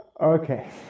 Okay